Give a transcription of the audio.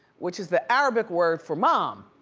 which is the arabic word for mom.